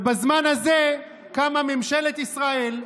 ובזמן הזה קמה ממשלת ישראל,